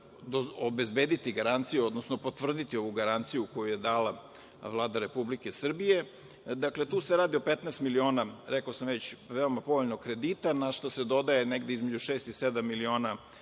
obezbediti garanciju, odnosno potvrditi ovu garanciju koju je dala Vlada Republike Srbije, tu se radi o 15 miliona, rekao sam već, veoma povoljnog kredita, na šta se dodaje negde između šest i sedam miliona granta,